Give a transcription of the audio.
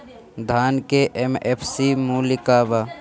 धान के एम.एफ.सी मूल्य का बा?